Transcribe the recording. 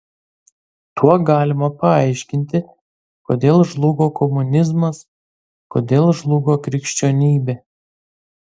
tuo galima paaiškinti kodėl žlugo komunizmas kodėl žlugo krikščionybė